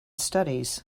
studies